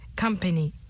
company